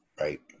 Right